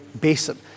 basin